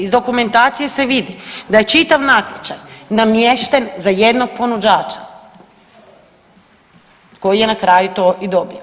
Iz dokumentacije se vidi da je čitav natječaj namješten za jednog ponuđača koji je na kraju to i dobio.